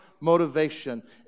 motivation